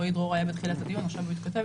רועי דרור היה בתחילת הדיון ועכשיו הוא התכתב אתי.